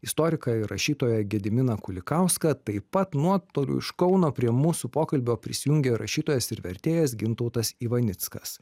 istoriką ir rašytoją gediminą kulikauską taip pat nuotoliu iš kauno prie mūsų pokalbio prisijungė rašytojas ir vertėjas gintautas ivanickas